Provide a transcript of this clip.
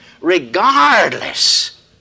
regardless